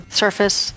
surface